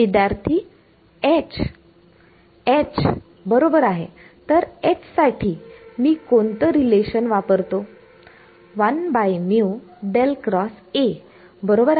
विद्यार्थी H H बरोबर आहे तर H साठी मी कोणतं रिलेशन वापरतो बरोबर आहे